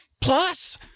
Plus